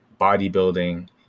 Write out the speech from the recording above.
bodybuilding